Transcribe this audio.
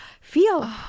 feel